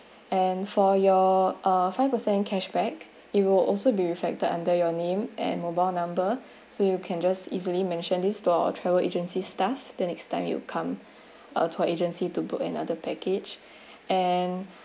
and for your uh five percent cashback it will also be reflected under your name and mobile number so you can just easily mentioned this to our travel agency staff the next time you come uh to our tour agency to book another package and